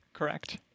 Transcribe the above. correct